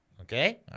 Okay